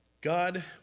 God